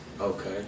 Okay